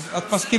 אז את מסכימה.